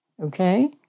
Okay